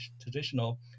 traditional